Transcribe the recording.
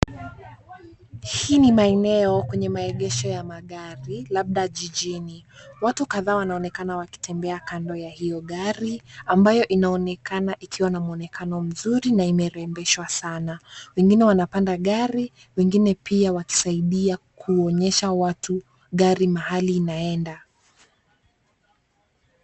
Hii ni maeneo kwenye maegesho ya magari labda jijini. Watu kadhaa wanaonekana wakitembea kando ya hiyo gari ambayo inaonekana ikiwa na mwonekano mzuri na imerebeshwa Sana. Wengine wanapanda gari wengine pia wakisaidia kuonyesha watu gari mahali inaenda.